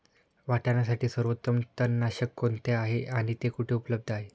वाटाण्यासाठी सर्वोत्तम तणनाशक कोणते आहे आणि ते कुठे उपलब्ध आहे?